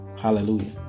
hallelujah